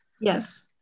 Yes